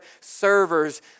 servers